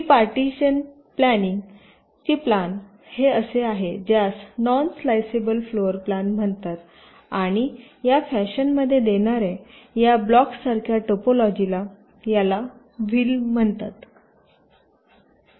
ही प्लॅनिंगची प्लॅन हे असे आहे ज्यास नॉन स्लाईसेबल फ्लोर प्लॅन म्हणतात आणि या फॅशनमध्ये देणारं या ब्लॉक्ससारख्या टोपोलॉजीला याला व्हील म्हणतात